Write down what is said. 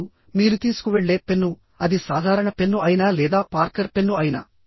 ఇప్పుడు మీరు తీసుకువెళ్ళే పెన్ను అది సాధారణ పెన్ను అయినా లేదా పార్కర్ పెన్ను అయినా